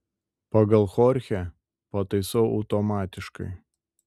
pagal chorchę pataisau automatiškai